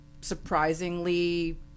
surprisingly